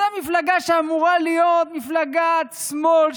אותה מפלגה שאמורה להיות מפלגת שמאל,